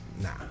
Nah